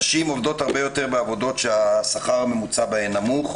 נשים עובדות הרבה יותר בעבודות שהשכר הממוצע בו נמוך.